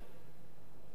דנתי בנושא,